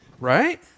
right